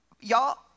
Y'all